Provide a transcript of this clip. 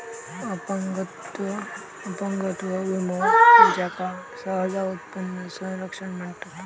अपंगत्व विमो, ज्याका सहसा उत्पन्न संरक्षण म्हणतत